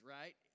right